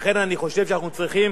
לכן אני חושב שאנחנו צריכים